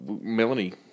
Melanie